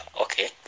okay